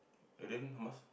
and then how much